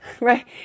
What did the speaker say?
Right